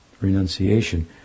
renunciation